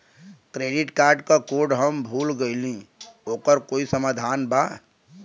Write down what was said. Credit card क code हम भूल गइली ओकर कोई समाधान बा?